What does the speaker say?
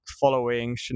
following